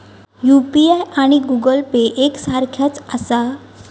UPI आणि Google Pay एक सारख्याच आसा?